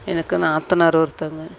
எனக்கு நாத்தனார் ஒருத்தங்க